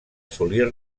assolir